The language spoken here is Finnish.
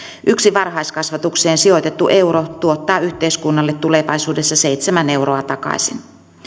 yksi varhaiskasvatukseen sijoitettu euro tuottaa yhteiskunnalle tulevaisuudessa seitsemän euroa takaisin